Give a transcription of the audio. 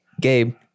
Gabe